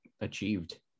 achieved